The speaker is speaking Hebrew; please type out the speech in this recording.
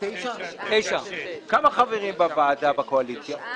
255 עד 256. בבקשה.